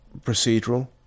procedural